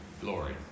glory